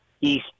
East